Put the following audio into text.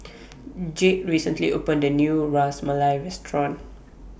Jayde recently opened A New Ras Malai Restaurant